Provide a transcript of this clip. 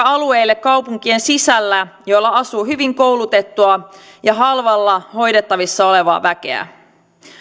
alueelle kaupunkien sisällä jolla asuu hyvin koulutettua ja halvalla hoidettavissa olevaa väkeä